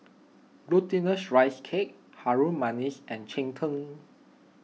Glutinous Rice Cake Harum Manis and Cheng Tng